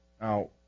Now